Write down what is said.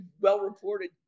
well-reported